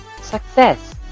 success